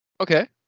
Okay